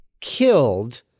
killed